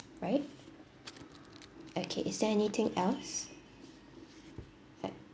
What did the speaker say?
right okay is there anything else right